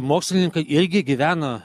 mokslininkai irgi gyvena